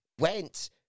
went